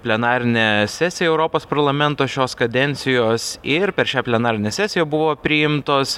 plenarinė sesija europos parlamentas šios kadencijos ir per šią plenarinę sesiją buvo priimtos